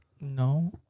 No